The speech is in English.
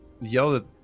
yelled